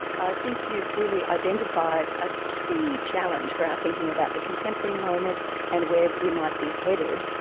i think you've really identified a key challenge for our thinking about the contemporary moment and where we might be headed,